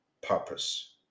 purpose